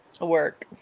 work